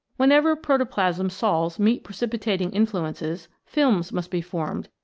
wherever protoplasm sols meet precipitating in fluences, films must be formed,